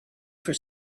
for